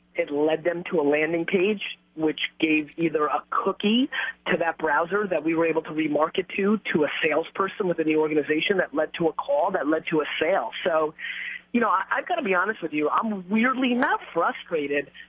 it led them to a landing page which gave either a cookie to that browser that we were able to re-market to, to a sales person within the organization that led to a call, that led to a sale, so you know i got to be honest with you i'm weirdly not frustrated.